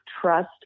trust